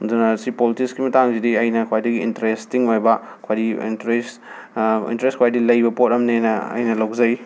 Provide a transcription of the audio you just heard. ꯑꯗꯨꯅ ꯁꯤ ꯄꯣꯜꯇꯤꯛꯁꯀꯤ ꯃꯇꯥꯡꯁꯤꯗꯤ ꯑꯩꯅ ꯈ꯭ꯋꯥꯏꯗꯒꯤ ꯏꯟꯇꯔꯦꯁꯇꯤꯡ ꯑꯣꯏꯕ ꯈ꯭ꯋꯥꯏꯗꯒꯤ ꯏꯟꯇꯔꯦꯁ ꯏꯟꯇꯔꯦꯁ ꯈ꯭ꯋꯏꯗꯒꯤ ꯂꯩꯕ ꯄꯣꯠ ꯑꯃꯅꯦꯅ ꯑꯩꯅ ꯂꯧꯖꯩ